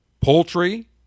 poultry